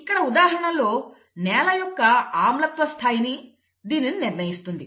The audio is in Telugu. ఇక్కడ ఉదాహరణలో నేల యొక్క ఆమ్లత్వ స్థాయి దీనిని నిర్ణయిస్తుంది